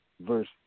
Verse